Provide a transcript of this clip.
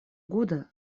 года